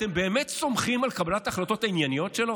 אתם באמת סומכים על קבלת ההחלטות הענייניות שלו?